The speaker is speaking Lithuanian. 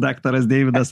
daktaras deividas